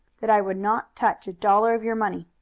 that i would not touch a dollar of your money.